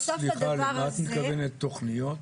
סליחה, למה את מתכוונת תוכניות?